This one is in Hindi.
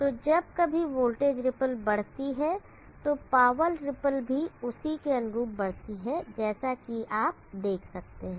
तो जब कभी वोल्टेज रिपल बढ़ती है तो पावर रिपल भी उसी के अनुरूप बढ़ती है जैसा कि आप देख सकते हैं